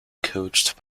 coached